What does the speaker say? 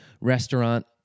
restaurant